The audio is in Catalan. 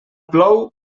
plou